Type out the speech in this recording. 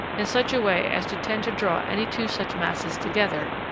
in such a way as to tend to draw any two such masses together,